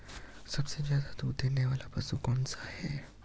सबसे ज़्यादा दूध देने वाला पशु कौन सा है?